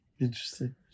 interesting